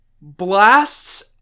blasts